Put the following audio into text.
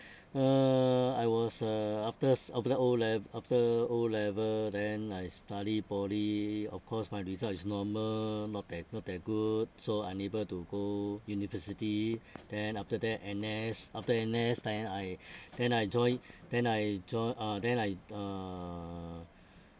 uh I was uh after s~ after O lev~ after O level then I study poly of course my result is normal not that not that good so unable to go university then after that N_S after N_S then I then I join then I join uh then I uh